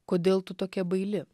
kodėl tu tokia baili